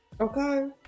okay